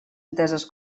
enteses